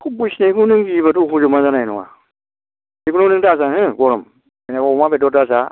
खब बसिनायखौ गियोब्लाथ' नों हजमानो जानाय नङा बेफोरखौ नों दाजा हो गरम अमा बेदर दाजा